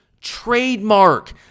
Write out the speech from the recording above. trademark